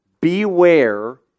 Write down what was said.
Beware